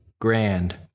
Grand